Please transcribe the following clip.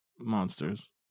monsters